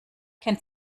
kennt